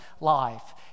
life